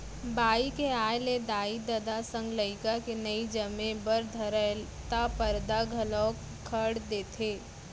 बाई के आय ले दाई ददा संग लइका के नइ जमे बर धरय त परदा घलौक खंड़ देथे